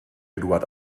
eduard